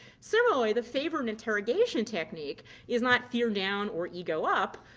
similarly, the favored interrogation technique is not fear-down or ego-up,